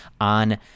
on